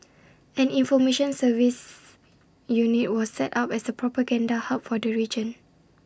an information services unit was set up as A propaganda hub for the region